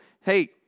hey